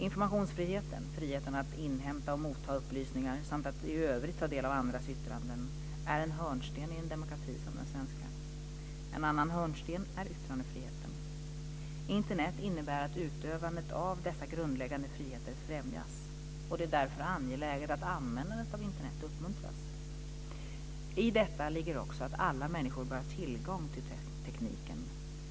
Informationsfriheten - friheten att inhämta och ta emot upplysningar samt att i övrigt ta del av andras yttranden - är en hörnsten i en demokrati som den svenska. En annan hörnsten är yttrandefriheten. Internet innebär att utövandet av dessa grundläggande friheter främjas. Det är därför angeläget att användandet av Internet uppmuntras. I detta ligger också att alla människor bör ha tillgång till tekniken.